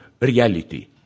Reality